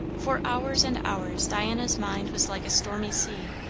for hours and hours diana's mind was like a stormy sea,